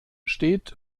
steht